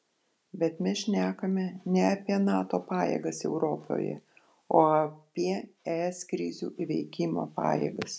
bet mes šnekame ne apie nato pajėgas europoje o apie es krizių įveikimo pajėgas